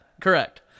Correct